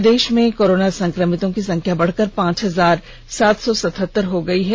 प्रदेश में कोरोना संक्रमितों की संख्या बढ़कर पांच हजार सात सौ सतहत्तर हो गई है